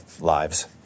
lives